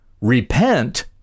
Repent